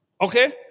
Okay